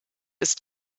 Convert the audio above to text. ist